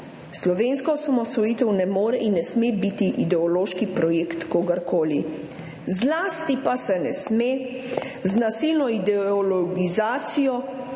slovenska osamosvojitev ne more in ne sme biti ideološki projekt kogarkoli, zlasti pa se ne sme z nasilno ideologizacijo